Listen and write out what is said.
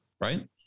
right